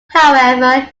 however